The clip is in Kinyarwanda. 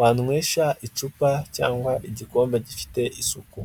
wanywesha icupa cyangwa igikombe gifite isuku.